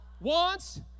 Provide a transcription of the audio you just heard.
wants